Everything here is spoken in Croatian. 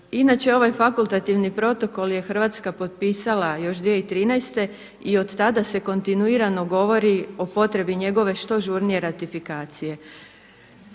Inače ovaj fakultativni protokol je Hrvatska potpisala još 2013. i od tada se kontinuirano govori o potrebi njegove što žurnije ratifikacije.